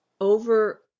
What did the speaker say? over